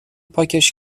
پاکش